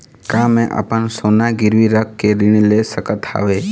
का मैं अपन सोना गिरवी रख के ऋण ले सकत हावे?